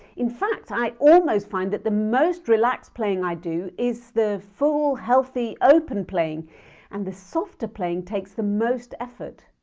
in fact i almost find that the most relaxed playing i do is the full, healthy, open playing and the softer playing takes the most effort!